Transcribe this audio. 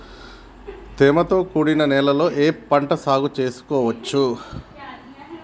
తేమతో కూడిన నేలలో ఏ పంట సాగు చేయచ్చు?